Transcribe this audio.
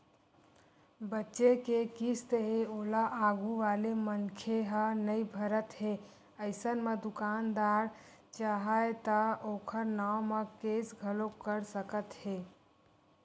बचें के किस्त हे ओला आघू वाले मनखे ह नइ भरत हे अइसन म दुकानदार चाहय त ओखर नांव म केस घलोक कर सकत हे